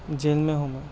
jail میں ہوں میں